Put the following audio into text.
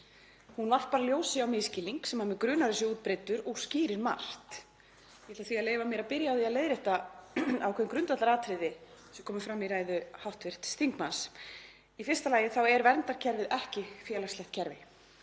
Hún varpar ljósi á misskilning sem mig grunar að sé útbreiddur og skýrir margt. Ég ætla því að leyfa mér að byrja á því að leiðrétta ákveðin grundvallaratriði sem komu fram í ræðu hv. þingmanns. Í fyrsta lagi er verndarkerfið ekki félagslegt kerfi.